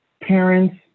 parents